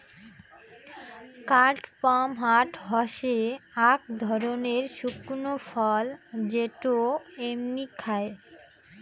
কাদপমহাট হসে আক ধরণের শুকনো ফল যেটো এমনি খায়